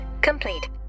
complete